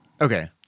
Okay